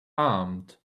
armed